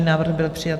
Návrh byl přijat.